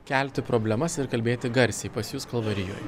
kelti problemas ir kalbėti garsiai pas jus kalvarijoj